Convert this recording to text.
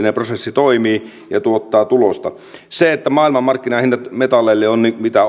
että kemiallinen prosessi toimii ja tuottaa tulosta sille että maailmanmarkkinahinnat metalleille ovat nyt mitä